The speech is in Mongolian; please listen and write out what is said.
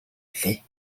билээ